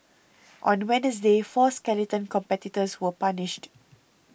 on Wednesday four skeleton competitors were punished